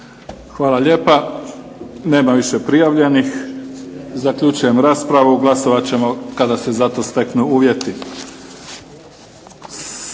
Hvala lijepa. Nema više prijavljenih. Zaključujem raspravu. Glasovat ćemo kada se za to steknu uvjeti.